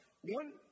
one